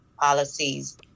policies